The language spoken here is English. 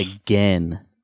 again